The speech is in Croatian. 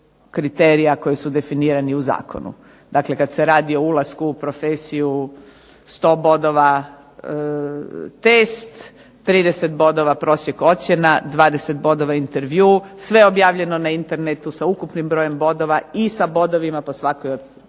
kriterija koji su definirani u zakonu. Dakle, kad se radi o ulasku u profesiju 100 bodova test, 30 bodova prosjek ocjena, 20 bodova intervju. Sve objavljeno na Internetu sa ukupnim brojem bodova i sa bodovima po svakoj od kriterija.